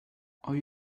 are